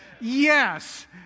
Yes